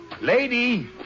Lady